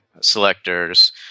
selectors